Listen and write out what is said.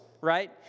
right